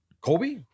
Kobe